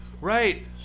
Right